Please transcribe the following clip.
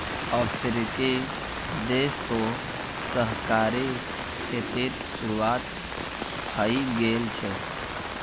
अफ्रीकी देश तो सहकारी खेतीर शुरुआत हइ गेल छ